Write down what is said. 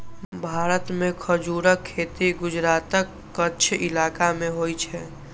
भारत मे खजूरक खेती गुजरातक कच्छ इलाका मे होइ छै